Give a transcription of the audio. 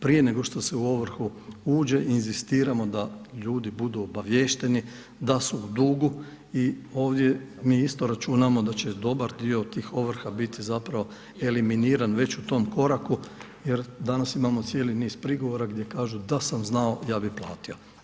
Prije nego što se u ovrhu uđe inzistiramo da ljudi budu obavješteni da su u dugu i ovdje mi isto računamo da će dobar dio tih ovrha biti zapravo eliminiran već u tom koraku jer danas imamo cijeli n iz prigovora gdje kažu da sam znao ja bih platio.